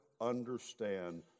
understand